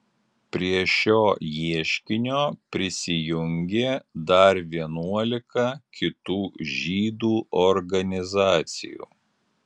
prie šio ieškinio prisijungė dar vienuolika kitų žydų organizacijų